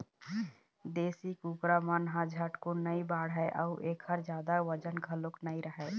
देशी कुकरा मन ह झटकुन नइ बाढ़य अउ एखर जादा बजन घलोक नइ रहय